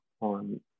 on